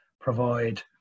provide